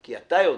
כי אתה יודע